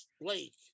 Blake